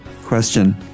Question